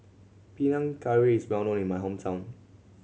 Panang Curry is well known in my hometown